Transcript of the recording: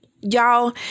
Y'all